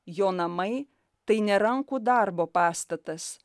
jo namai tai ne rankų darbo pastatas